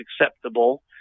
acceptable